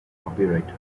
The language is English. copywriter